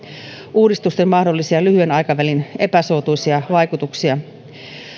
uudistusten mahdollisia lyhyen aikavälin epäsuotuisia vaikutuksia